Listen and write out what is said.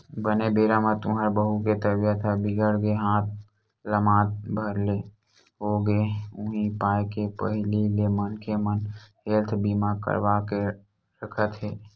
बने बेरा म तुँहर बहू के तबीयत ह बिगड़ गे हाथ लमात भर ले हो गेस उहीं पाय के पहिली ले मनखे मन हेल्थ बीमा करवा के रखत हे